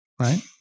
right